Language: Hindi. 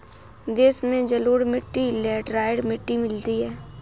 देश में जलोढ़ मिट्टी लेटराइट मिट्टी मिलती है